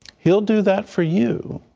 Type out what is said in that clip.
he'll do that for you.